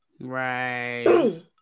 Right